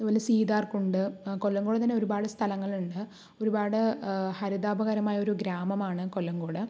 അതേപോലെ സീതാർക്കുണ്ട് കൊല്ലംകോട് തന്നെ ഒരുപാട് സ്ഥലങ്ങള് ഉണ്ട് ഒരുപാട് ഹരിതാഭകരമായ ഒരു ഗ്രാമമാണ് കൊല്ലംകോട്